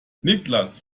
niklas